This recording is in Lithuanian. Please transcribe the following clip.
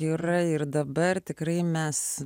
yra ir dabar tikrai mes